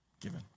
given